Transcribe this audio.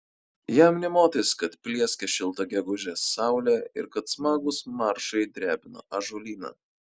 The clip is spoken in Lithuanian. jam nė motais kad plieskia šilta gegužės saulė ir kad smagūs maršai drebina ąžuolyną